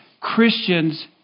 Christians